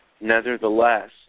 Nevertheless